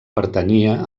pertanyia